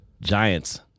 Giants